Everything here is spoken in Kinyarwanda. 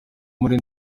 muri